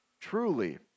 truly